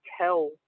tell